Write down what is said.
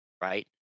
right